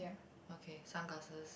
okay some glasses